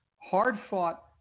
hard-fought